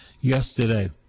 yesterday